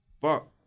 fuck